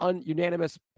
unanimous